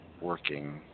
working